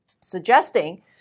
suggesting